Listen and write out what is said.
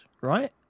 right